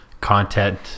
content